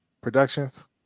Productions